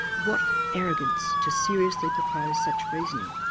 what arrogance to seriously propose such reasoning!